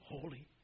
holy